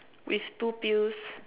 with two pills